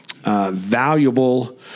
Valuable